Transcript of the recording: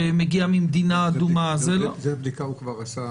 שמגיע ממדינה אדומה --- את הבדיקה הוא עבר,